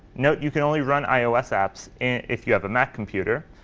note you can only run ios apps if you have a mac computer.